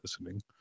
listening